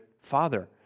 father